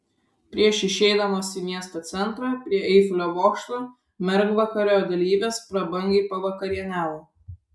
prieš išeidamos į miesto centrą prie eifelio bokšto mergvakario dalyvės prabangiai pavakarieniavo